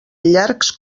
llargs